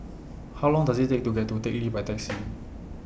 How Long Does IT Take to get to Teck Lee By Taxi